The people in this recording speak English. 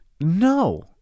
No